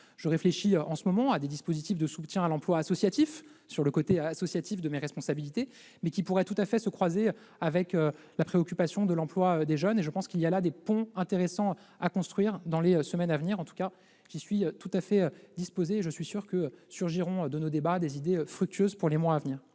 Je réfléchis en ce moment à des dispositifs de soutien à l'emploi associatif, en lien avec le volet associatif de mes responsabilités, mais cela pourrait tout à fait se croiser avec la préoccupation de l'emploi des jeunes. Il y a là des ponts intéressants à construire dans les semaines à venir ; en tout cas, j'y suis tout à fait disposé. Je suis sûr que surgiront de nos débats des idées fructueuses pour les mois à venir.